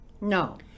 No